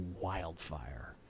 wildfire